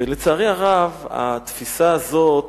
ולצערי הרב, התפיסה הזאת